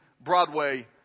Broadway